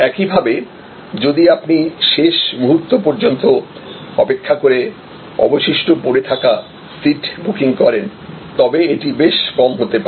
একইভাবে যদি আপনি শেষ মুহূর্ত পর্যন্ত অপেক্ষা করে অবশিষ্ট পড়ে থাকা সিট বুকিং করেন তবে এটি বেশ কম হতে পারে